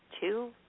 Two